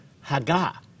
haga